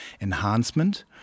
enhancement